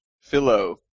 Philo